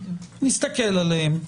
נסתכל עליהן.